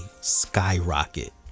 skyrocket